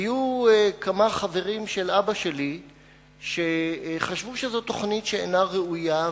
היו כמה חברים של אבא שלי שחשבו שזו תוכנית שאינה ראויה,